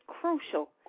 crucial